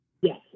Yes